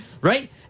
Right